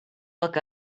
look